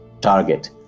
target